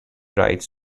rights